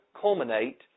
culminate